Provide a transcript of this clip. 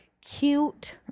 cute